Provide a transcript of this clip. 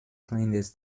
kleines